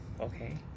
okay